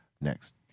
next